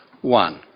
one